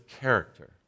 character